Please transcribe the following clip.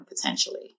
potentially